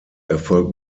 erfolgt